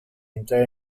entrar